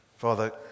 Father